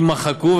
יימחקו,